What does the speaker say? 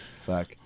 Fuck